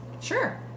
Sure